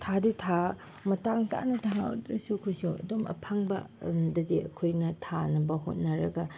ꯊꯥꯗꯤ ꯊꯥ ꯃꯇꯥꯡ ꯆꯥꯅ ꯊꯥꯗ꯭ꯔꯁꯨ ꯑꯩꯈꯣꯏꯁꯨ ꯑꯗꯨꯝ ꯑꯐꯪꯕ ꯑꯗꯨ ꯅꯠꯇ꯭ꯔꯗꯤ ꯑꯩꯈꯣꯏꯅ ꯊꯥꯅꯕ ꯍꯣꯠꯅꯔꯒ